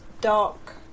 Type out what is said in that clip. dark